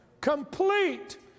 Complete